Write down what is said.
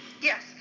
yes